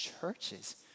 churches